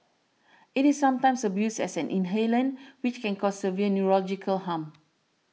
it is sometimes abused as an inhalant which can cause severe neurological harm